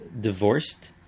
divorced